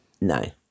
No